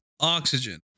Oxygen